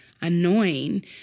annoying